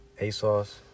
ASOS